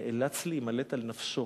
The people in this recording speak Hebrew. נאלץ להימלט על נפשו